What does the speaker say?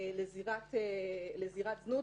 לזירת זנות,